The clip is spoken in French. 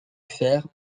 fer